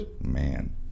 man